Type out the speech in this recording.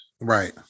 Right